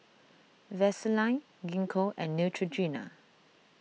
Vaselin Gingko and Neutrogena